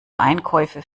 einkäufe